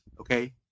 okay